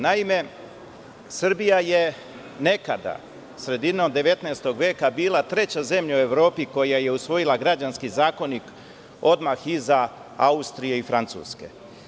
Naime, Srbija je nekada sredinom 19. veka bila treća zemlja u Evropi, koja je usvojila Građanski zakonik, odmah iza Austrije i Francuske.